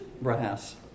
brass